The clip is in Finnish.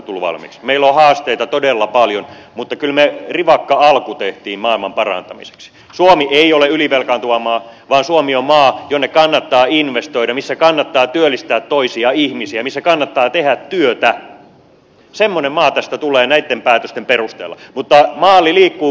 meillä on haasteita todella paljon mutta kyllä me rivakan alun teimme maailman parantamiseksi suomi ei ole ylivelkaantuva maa vaan suomi on maa jonne kannattaa investoida missä kannattaa työllistää toisia ihmisiä missä kannattaa tehdä työtä semmoinen maa tästä tulee näitten päätösten perusteella mutta maali liikkuu koko ajan